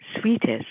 sweetest